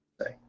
say